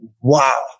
wow